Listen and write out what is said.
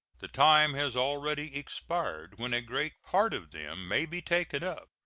the time has already expired when a great part of them may be taken up,